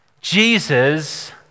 Jesus